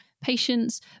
patients